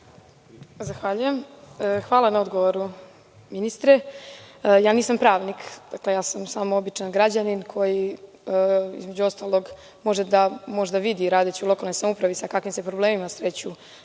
Božanić** Hvala na odgovoru, ministre. Nisam pravnik, dakle ja sam samo običan građanin koji, između ostalog, može da vidi, radeći u lokalnoj samoupravi, sa kakvim se problemima susreću